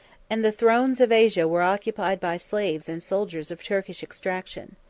and the thrones of asia were occupied by slaves and soldiers of turkish extraction.